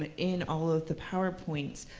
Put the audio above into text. ah in all of the powerpoints.